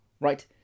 Right